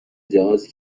جهازی